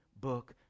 book